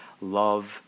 love